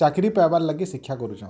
ଚାକିରି ପାଇବାର୍ ଲାଗି ଶିକ୍ଷା କରୁଛନ୍